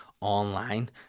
online